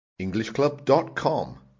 EnglishClub.com